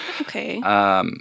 Okay